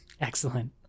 Excellent